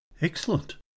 Excellent